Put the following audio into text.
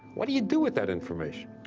what do you do with that information?